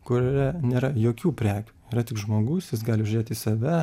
kurioje nėra jokių prekių yra tik žmogus jis gali apžiūrėti save